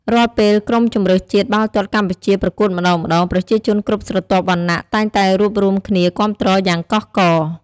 រាល់ពេលក្រុមជម្រើសជាតិបាល់ទាត់កម្ពុជាប្រកួតម្តងៗ ប្រជាជនគ្រប់ស្រទាប់វណ្ណៈតែងតែរួបរួមគ្នាគាំទ្រយ៉ាងកោះករ។